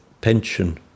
pension